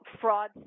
fraud